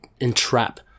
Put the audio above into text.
entrap